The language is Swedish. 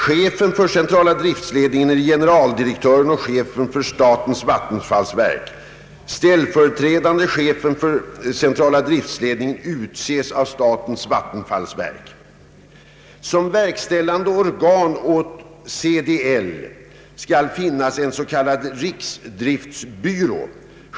Chefen för centrala driftledningen är generaldirektören och chefen för statens vattenfallsverk. Ställföreträdande chefen för centrala driftledningen utses av statens vattenfallsverk. Som verkställande organ åt CDL skall finnas en s.k. riksdriftsbyrå.